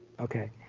okay,